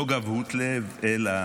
לא גבהות לב, אלא